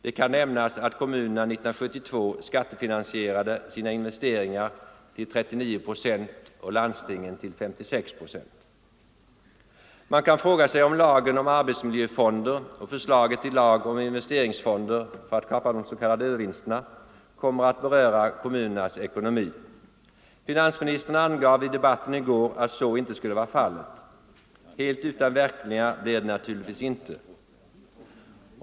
Det kan nämnas att kommunerna 1972 skattefinansierade sina investeringar till 39 procent och landstingen till 56 procent. Man kan fråga sig om lagen om arbetsmiljöfonder och förslaget till lag om investeringsfonder för att kapa de s.k. övervinsterna kommer att beröra kommunernas ekonomi. Finansministern angav i debatten i går att så inte skulle vara fallet. Helt utan verkningar blir det naturligtvis inte.